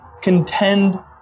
contend